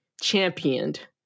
championed